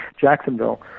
Jacksonville